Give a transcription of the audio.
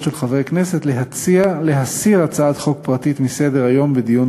של חברי כנסת להסיר הצעת חוק פרטית מסדר-היום בדיון